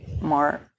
more